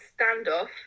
standoff